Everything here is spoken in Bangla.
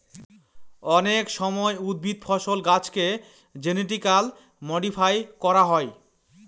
অনেক সময় উদ্ভিদ, ফসল, গাছেকে জেনেটিক্যালি মডিফাই করা হয়